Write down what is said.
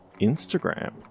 Instagram